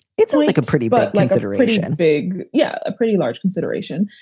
it's like a pretty but lengthy duration and big. yeah, a pretty large consideration.